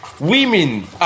Women